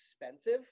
expensive